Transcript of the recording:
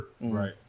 Right